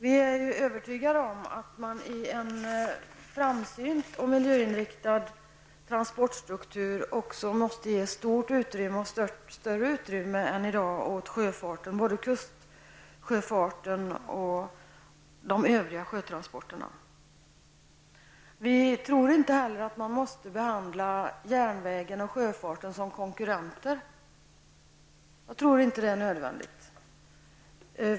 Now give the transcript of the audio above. Vi är övertygade om att man i en framsynt och miljöinriktad transportstruktur också måste ge ett större utrymme än i dag åt sjöfarten, både kustsjöfarten och de övriga sjötransporterna. Vi tror inte heller att man måste behandla järnvägen och sjöfarten som konkurrenter. Jag tror inte att det är nödvändigt.